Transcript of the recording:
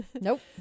Nope